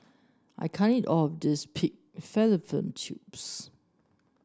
I can't eat all of this Pig Fallopian Tubes